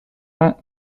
are